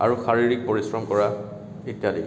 আৰু শাৰীৰিক পৰিশ্ৰম কৰা ইত্যাদি